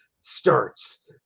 starts